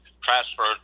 transferred